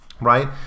right